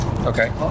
Okay